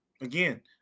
again